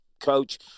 coach